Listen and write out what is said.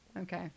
Okay